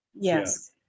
Yes